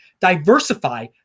diversify